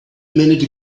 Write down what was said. minute